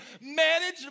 manage